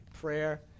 prayer